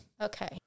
Okay